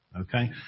okay